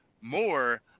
More